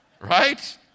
Right